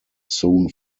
soon